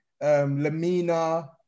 Lamina